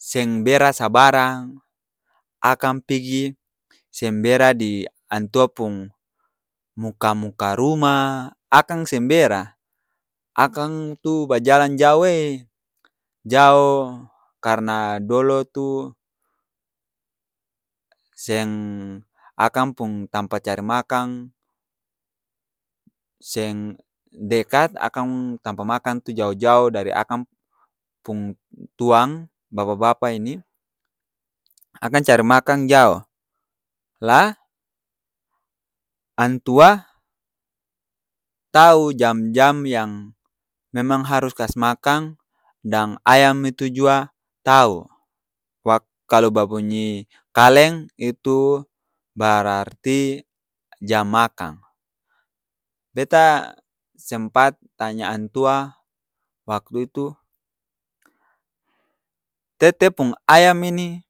Seng bera sabarang, akang pigi seng bera di antua pung muka-muka rumah, akang seng bera. Akang tu bajalang jao e, jao karna dolo tu, seng akang pung tampa cari makang seng dekat, akang tampa makang tu jauh-jauh dari akang pung tuang, bapa-bapa ini, akang cari makang jao. Lah antua tau jam-jam yang memang harus kas makang dang ayam itu jua tau wak kalo babunyi kaleng itu bararti jam makang. Beta sempat tanya antua waktu itu, tete pung ayam ini